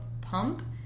pump